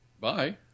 Bye